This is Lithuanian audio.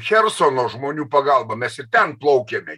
chersono žmonių pagalba mes ir ten plaukėme